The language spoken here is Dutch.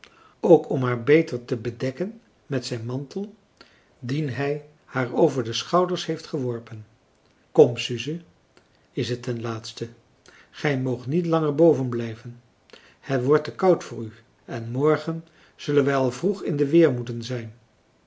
ook om haar beter te bedekken met zijn mantel dien hij haar over de schouders heeft geworpen kom suze is het ten laatste gij moogt niet langer boven blijven het wordt te koud voor u en morgen zullen wij al vroeg in de weer moeten zijn